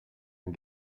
and